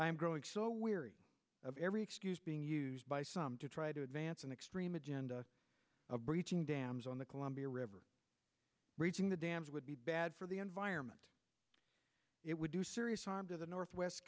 am growing so weary of every excuse being used by some to try to advance an extreme agenda of breaching dams on the columbia river reaching the dams would be bad for the environment it would do serious to the northwest